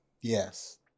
yes